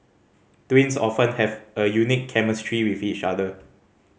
twins often have a unique chemistry with each other